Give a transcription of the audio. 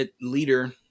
leader